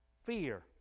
fear